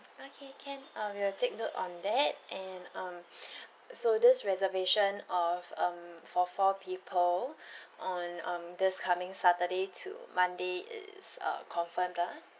okay can uh we will take note on that and um so this reservation of um for four people on um this coming saturday to monday is uh confirmed lah